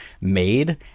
made